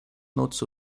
notes